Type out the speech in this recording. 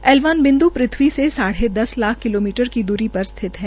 L one पृथवी से साढे दस लाख किलोमीटर की दूरी पर स्थित है